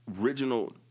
original